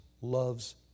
loves